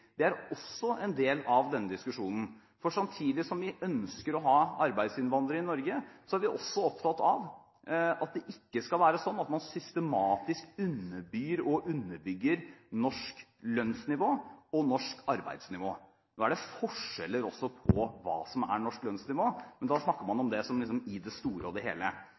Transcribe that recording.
Det er også en del av denne diskusjonen. For samtidig som vi ønsker å ha arbeidsinnvandrere i Norge, er vi også opptatt av at det ikke skal være sånn at man systematisk underbyr og underbygger norsk lønnsnivå og norsk arbeidsnivå. Nå er det også forskjeller i norsk lønnsnivå, men da snakker man om i det store og hele. Det er en diskusjon som er mye større enn det